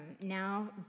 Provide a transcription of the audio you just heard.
Now